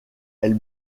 elle